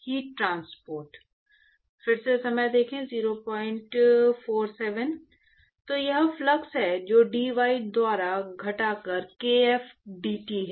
heat transport तो यह flux है जो dy द्वारा घटाकर kf dT है